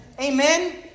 Amen